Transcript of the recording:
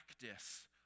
practice